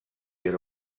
get